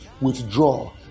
withdraw